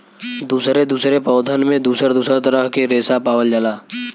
दुसरे दुसरे पौधन में दुसर दुसर तरह के रेसा पावल जाला